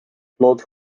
lood